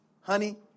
honey